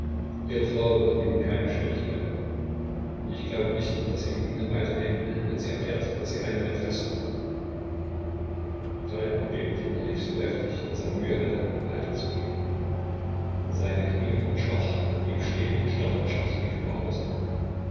ihre frau wird ihnen keine schwierigkeiten machen ich glaube nicht daß sie mit ihnen weiter leben will wenn sie erfährt daß sie eine maitresse haben falk erbebte innerlich so heftig daß er mühe hatte weiter zu gehen seine knie wurden schwach er blieb stehen und starrte czerski sprachlos an